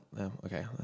okay